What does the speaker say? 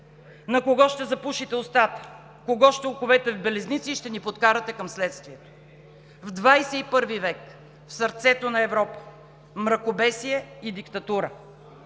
На кого ще запушите устата, кого ще оковете в белезници и ще ни подкарате към следствието? В 21-и век, в сърцето на Европа – мракобесие и диктатура.